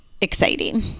exciting